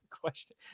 question